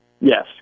Yes